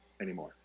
anymore